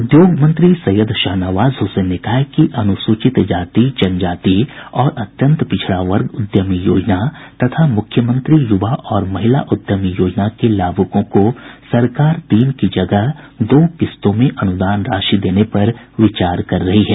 उद्योग मंत्री सैयद शाहनवाज हुसैन ने कहा है कि अनुसूचित जाति जनजाति और अत्यंत पिछड़ा वर्ग उद्यमी योजना तथा मुख्यमंत्री युवा और महिला उद्यमी योजना के लाभूकों को सरकार तीन की जगह दो किस्तों में अनुदान राशि देने पर विचार कर रही है